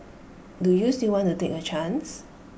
do you still want to take A chance